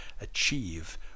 achieve